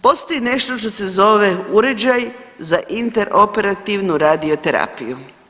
Postoji nešto što se zove uređaj za interoperativnu radioterapiju.